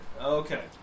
Okay